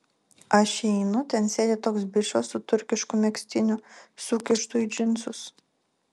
aš įeinu ten sėdi toks bičas su turkišku megztiniu sukištu į džinsus